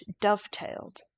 dovetailed